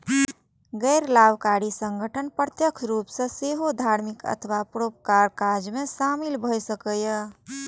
गैर लाभकारी संगठन प्रत्यक्ष रूप सं सेहो धार्मिक अथवा परोपकारक काज मे शामिल भए सकैए